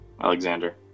Alexander